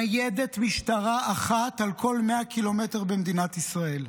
ניידת משטרה אחת על כל 100 ק"מ במדינת ישראל.